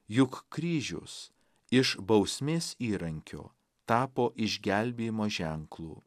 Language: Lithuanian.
juk kryžius iš bausmės įrankio tapo išgelbėjimo ženklu